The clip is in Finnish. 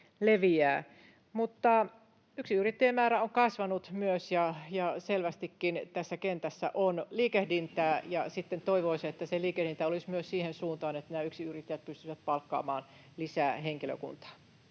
leviää. Yksinyrittäjien määrä on myös kasvanut, ja selvästikin tässä kentässä on liikehdintää. Toivoisi, että se liikehdintä olisi myös siihen suuntaan, että nämä yksinyrittäjät pystyisivät palkkaamaan lisää henkilökuntaa.